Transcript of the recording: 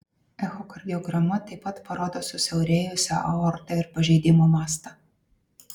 echokardiograma taip pat parodo susiaurėjusią aortą ir pažeidimo mastą